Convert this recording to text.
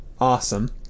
awesome